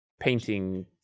painting